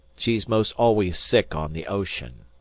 she's most always sick on the ocean.